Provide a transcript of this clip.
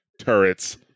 turrets